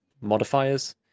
modifiers